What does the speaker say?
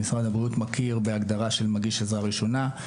משרד הבריאות מכיר בהגדרה של "מגיש עזרה ראשונה",